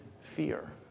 fear